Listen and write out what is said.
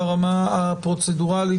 ברמה הפרוצדורלית,